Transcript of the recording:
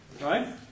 right